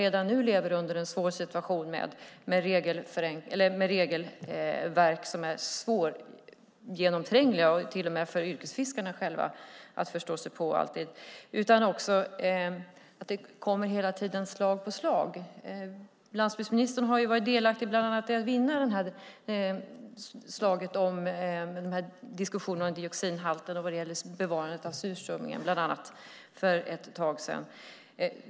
Det är redan nu en svår situation med regelverk som är svårgenomträngliga, till och med för yrkesfiskarna själva, och svåra att förstå sig på. De kommer slag i slag. Landsbygdsministern var delaktig i diskussionerna om bland annat dioxinhalten och bevarandet av surströmmingen för ett tag sedan.